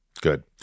Good